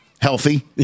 healthy